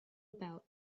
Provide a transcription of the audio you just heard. about